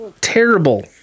terrible